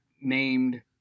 named